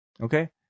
Okay